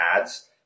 ads